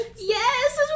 Yes